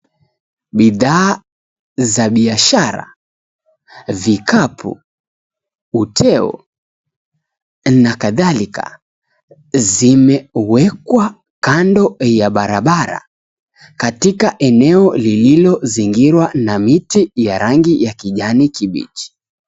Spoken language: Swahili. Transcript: Bidhaa za biashara, vikapu, uteo na kadhalika zimewekwa kando ya barabara katika eneo lililozingirwa na miti ya rangi ya kijani kibichi.